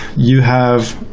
you have